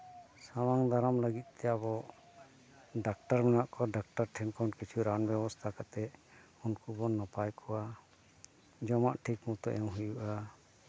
ᱥᱟᱢᱟᱝ ᱫᱟᱨᱟᱢ ᱞᱟᱹᱜᱤᱫ ᱛᱮ ᱟᱵᱚ ᱰᱟᱠᱛᱟᱨ ᱢᱮᱱᱟᱜ ᱠᱚᱣᱟ ᱰᱟᱠᱛᱟᱨ ᱴᱷᱮᱱ ᱠᱷᱚᱱ ᱠᱤᱪᱷᱩ ᱨᱟᱱ ᱵᱮᱵᱚᱥᱛᱷᱟ ᱠᱟᱛᱮᱫ ᱩᱱᱠᱩ ᱵᱚᱱ ᱱᱟᱯᱟᱭ ᱠᱚᱣᱟ ᱡᱚᱢᱟᱜ ᱴᱷᱤᱠ ᱢᱚᱛᱚ ᱮᱢᱟ ᱦᱩᱭᱩᱜᱼᱟ